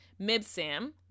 Mibsam